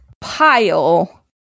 pile